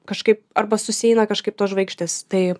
kažkaip arba susieina kažkaip tos žvaigždės tai